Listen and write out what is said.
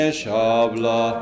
shabla